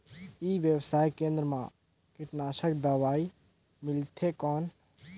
ई व्यवसाय केंद्र मा कीटनाशक दवाई मिलथे कौन?